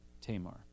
Tamar